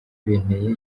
binteye